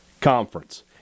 Conference